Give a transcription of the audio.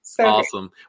Awesome